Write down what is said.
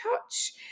touch